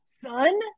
son